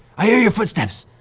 i hear your footsteps!